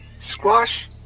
Squash